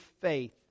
faith